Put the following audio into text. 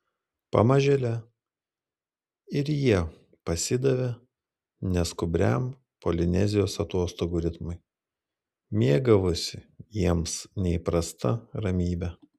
pamažėle ir jie pasidavė neskubriam polinezijos atostogų ritmui mėgavosi jiems neįprasta ramybe